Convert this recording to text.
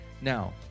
Now